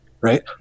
right